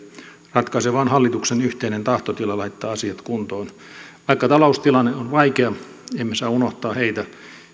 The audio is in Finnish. ratkaisevaa on hallituksen yhteinen tahtotila laittaa asiat kuntoon vaikka taloustilanne on vaikea emme saa unohtaa heitä